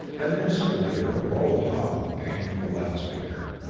an instant later a low hum came from the loudspeaker.